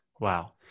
wow